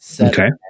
Okay